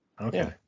Okay